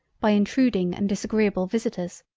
by intruding and disagreable visitors,